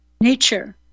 nature